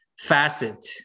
facet